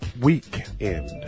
weekend